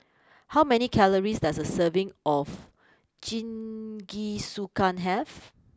how many calories does a serving of Jingisukan have